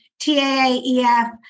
TAAEF